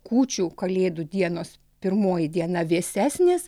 kūčių kalėdų dienos pirmoji diena vėsesnės